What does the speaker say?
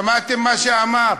שמעתם מה שאמר?